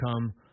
come